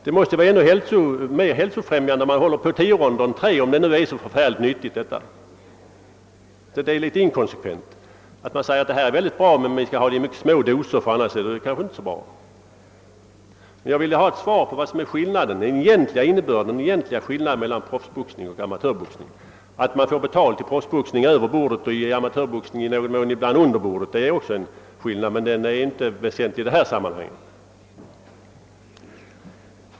Det måste vara mera hälsobefrämjande att boxas under tio ronder än under bara tre, om denna sport är så nyttig. Det är alltså ett inkonsekvent resonemang att säga att boxningen är mycket hälsobefrämjande men att den skall utnyttjas i mycket små doser, ty annars är den inte nyttig. Jag vill alltså få ett svar på frågan vad som är den egentliga skillnaden mellan den professionella boxningen och amatörboxningen. Att man i den professionella boxningen får betalt över bordet och i amatörboxningen ibland under bordet är också en skillnad, men den är inte väsentlig i detta sammanhang.